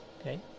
okay